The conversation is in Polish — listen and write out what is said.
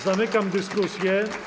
Zamykam dyskusję.